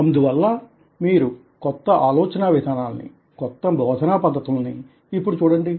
అందువల్ల మీరు కొత్త ఆలోచనా విధానాలని కొత్త బోధనా పద్ధతులనీ ఇప్పుడు చూడండి